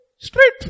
Straight